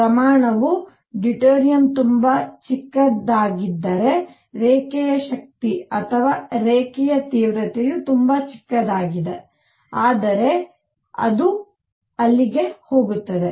ಪ್ರಮಾಣವು ಡ್ಯೂಟೇರಿಯಂ ತುಂಬಾ ಚಿಕ್ಕದಾಗಿದ್ದರೆ ರೇಖೆಯ ಶಕ್ತಿ ಅಥವಾ ರೇಖೆಯ ತೀವ್ರತೆಯು ತುಂಬಾ ಚಿಕ್ಕದಾಗಿದೆ ಆದರೆ ಅದು ಅಲ್ಲಿಗೆ ಹೋಗುತ್ತದೆ